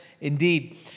indeed